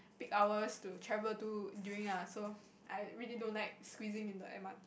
peak hours to travel to during ah so I really don't like squeezing into M_R_T